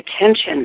attention